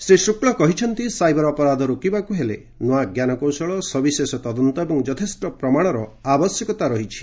ଶ୍ରୀ ଶୁକ୍ଳ କହିଛନ୍ତି ସାଇବର ଅପରାଧ ରୋକିବାକୁ ହେଲେ ନୂଆ ଜ୍ଞାନକୌଶଳ ସବିଶେଷ ତଦନ୍ତ ଏବଂ ଯଥେଷ୍ଟ ପ୍ରମାଣର ଆବଶ୍ୟକତା ରହିଛି